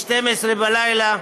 ב-24:00,